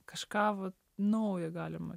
kažką vat naujo galima